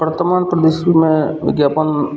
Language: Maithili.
वर्तमान परिदृश्यमे विज्ञापन